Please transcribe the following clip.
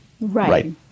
Right